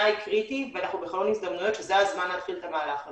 קריטי ואנחנו בחלון הזדמנויות שזה הזמן להתחיל את המהלך הזה.